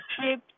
trip